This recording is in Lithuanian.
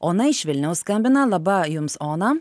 ona iš vilniaus skambina laba jums ona